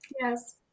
Yes